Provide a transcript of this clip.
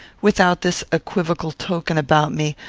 without this equivocal token about me,